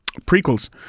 prequels